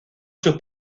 sus